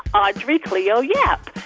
audrey cleo yap,